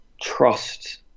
trust